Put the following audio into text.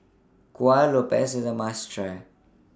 Kueh Lopes IS A must Try